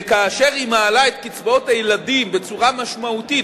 וכאשר היא מעלה את קצבאות הילדים בצורה משמעותית,